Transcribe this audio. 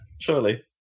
surely